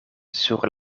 sur